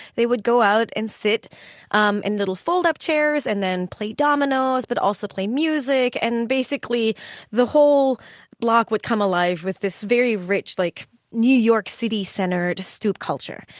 they would go out and sit um in little fold-up chairs and then play dominoes, but also play music. and basically the whole block would come alive with this very rich like new york city-centered stoop culture.